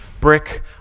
brick